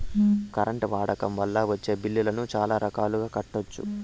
current వాడకం వల్ల వచ్చే బిల్లులను చాలా రకాలుగా కట్టొచ్చు